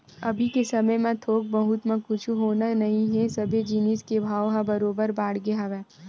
अभी के समे म थोक बहुत म कुछु होना नइ हे सबे जिनिस के भाव ह बरोबर बाड़गे हवय